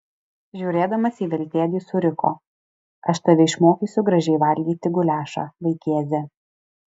žiūrėdamas į veltėdį suriko aš tave išmokysiu gražiai valgyti guliašą vaikėze